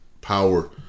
power